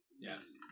Yes